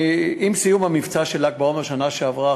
עם סיום המבצע של ל"ג בעומר בשנה שעברה,